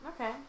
okay